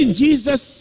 jesus